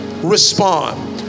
respond